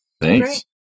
Thanks